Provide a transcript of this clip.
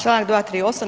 Članak 238.